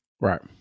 Right